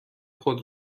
خود